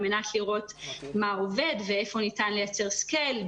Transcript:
על מנת לראות מה עובד ואיפה ניתן לייצר scale,